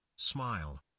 Smile